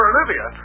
Olivia